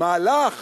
מהלך